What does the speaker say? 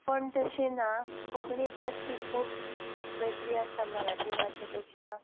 पूण तशी ना कोंकणी भास ही खूब वेगळी आसा मराठी भाशे पेक्षा